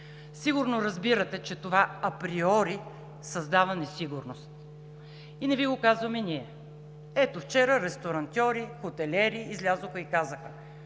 сигурно разбирате, че това априори създава несигурност и не Ви го казваме ние. Ето, вчера ресторантьори, хотелиери излязоха и казаха: